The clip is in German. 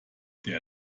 der